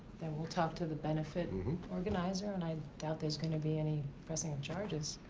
then, we'll talk to the benefit and organizer, and i doubt there's going to be any pressing of charges.